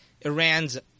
Iran's